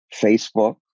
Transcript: Facebook